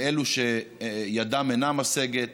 לאלו שידם אינה משגת,